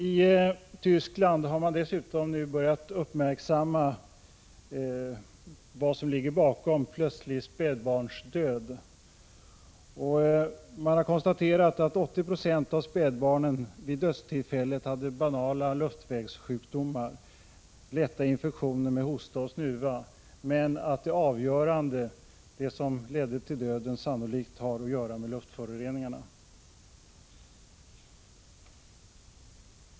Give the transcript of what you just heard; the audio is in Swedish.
I Tyskland har man dessutom nu börjat uppmärksamma vad som ligger bakom plötslig spädbarnsdöd. Man har konstaterat att 80 96 av spädbarnen vid dödstillfället hade banala luftvägssjukdomar, lätta infektioner med hosta och snuva, men att det avgörande — det som ledde till döden — sannolikt har att göra med luftföroreningarna.